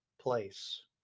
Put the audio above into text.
place